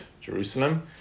Jerusalem